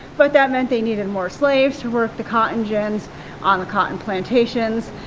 but that meant they needed more slaves to work the cotton gins on the cotton plantations.